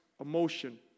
emotion